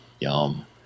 yum